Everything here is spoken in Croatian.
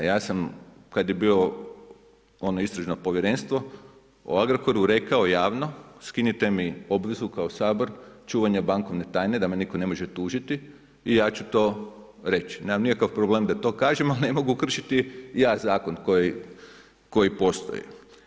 Ja sam, kad je bio ono istražno povjerenstvo o Agrokoru, rekao javno skinite mi obvezu, kao Sabor, čuvanja bankovne tajne, da me nitko ne može tužiti i ja ću to reći, nemam nikakav problem da to kažem, ali ne mogu kršiti ja zakon koji postoji.